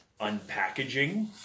unpackaging